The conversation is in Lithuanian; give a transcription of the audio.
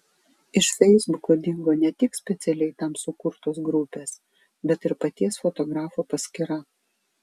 iš feisbuko dingo ne tik specialiai tam sukurtos grupės bet ir paties fotografo paskyra